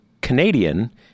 Canadian